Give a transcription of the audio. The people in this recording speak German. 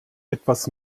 etwas